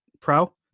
pro